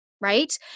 right